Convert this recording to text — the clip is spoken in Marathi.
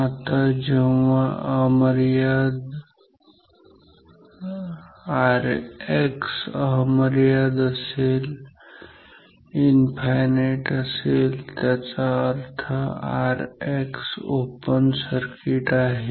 आता जेव्हा Rx अमर्याद ∞ असेल त्याचा अर्थ Rx ओपन सर्किट आहे